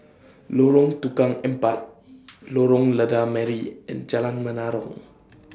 Lorong Tukang Empat Lorong Lada Merah and Jalan Menarong